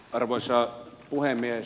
arvoisa puhemies